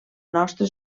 nostre